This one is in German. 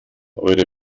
eure